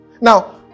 Now